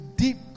deep